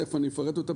תכף אני אפרט אותה,